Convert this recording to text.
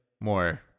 more